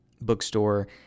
bookstore